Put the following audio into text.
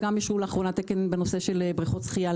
ולאחרונה אישרו תקן בנושא בריכות שחייה,